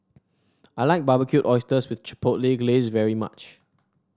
I like Barbecued Oysters with Chipotle Glaze very much